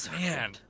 Man